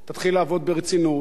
ותחקור מה היה שם,